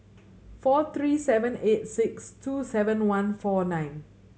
four three seven eight six two seven one four nine